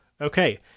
Okay